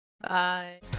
Bye